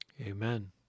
Amen